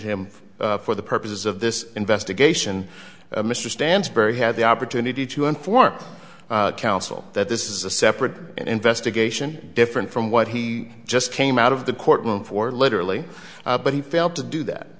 him for the purposes of this investigation mr stansbury had the opportunity to inform counsel that this is a separate investigation different from what he just came out of the courtroom for literally but he failed to do that